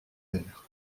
airs